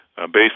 based